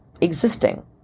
existing